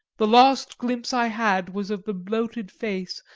the last glimpse i had was of the bloated face,